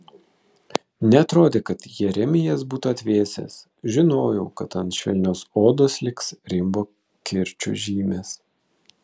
neatrodė kad jeremijas būtų atvėsęs žinojau kad ant švelnios odos liks rimbo kirčių žymės